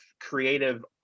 creative